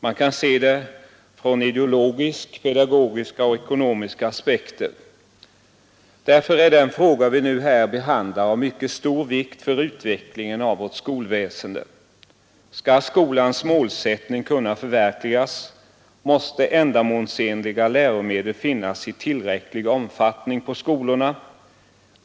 Man kan se dem från ideologiska, pedagogiska och ekonomiska aspekter. Därför är den fråga vi nu behandlar av mycket stor vikt för utvecklingen av vårt skolväsende. Skall skolans målsättning kunna förverkligas, måste ändamålsenliga läromedel finnas i tillräcklig omfattning på skolorna.